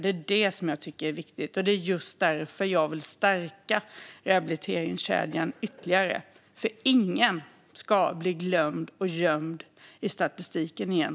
Det är det som jag tycker är viktigt, och det är just därför jag vill stärka rehabiliteringskedjan ytterligare. Ingen ska bli gömd och glömd i statistiken igen.